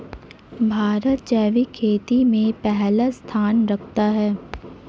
भारत जैविक खेती में पहला स्थान रखता है